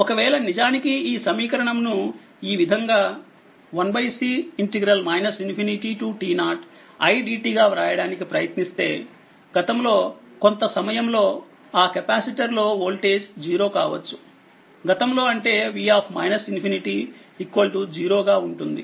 ఒకవేళ నిజానికి ఈ సమీకరణం ను ఈవిధంగా 1C ∞t0i dt వ్రాయడానికి ప్రయత్నిస్తే గతంలోకొంత సమయంలో ఆ కెపాసిటర్లో వోల్టేజ్ 0 కావచ్చు గతంలోఅంటేv ∞ 0 గా ఉంటుంది